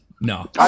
No